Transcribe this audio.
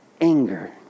anger